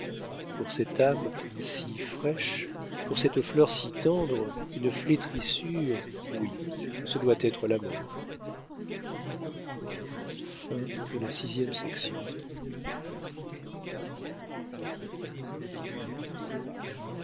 pour cette âme si fraîche pour cette fleur si tendre une flétrissure oui ce doit être la mort